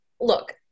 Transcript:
Look-